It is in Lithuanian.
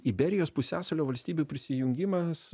iberijos pusiasalio valstybių prisijungimas